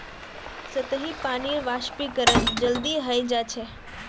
सतही पानीर वाष्पीकरण जल्दी हय जा छे